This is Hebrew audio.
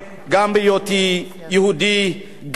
גם כמי שהיה מסתנן בעבר במדינה אחרת,